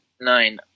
nine